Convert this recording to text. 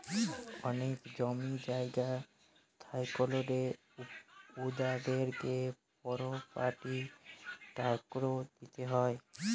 অলেক জমি জায়গা থ্যাইকলে উয়াদেরকে পরপার্টি ট্যাক্স দিতে হ্যয়